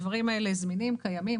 הדברים האלה זמינים וקיימים.